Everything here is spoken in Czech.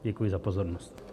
Děkuji za pozornost.